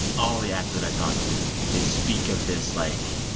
all the actors that i talk to, they speak of this, like,